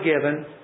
given